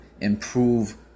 improve